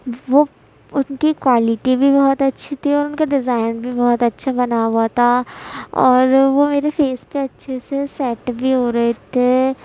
وہ ان کی کوالیٹی بھی بہت اچھی تھی اور ان کا ڈیزائن بھی بہت اچھا بنا ہوا تھا اور وہ میرے فیس پہ اچھے سے سیٹ بھی ہو رہے تھے